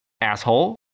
asshole